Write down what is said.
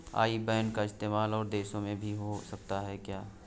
आई बैन का इस्तेमाल और देशों में भी हो सकता है क्या?